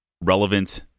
relevant